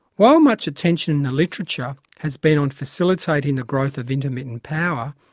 while much attention in the literature has been on facilitating the growth of intermittent power,